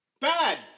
Bad